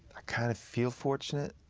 i kind of feel fortunate